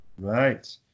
Right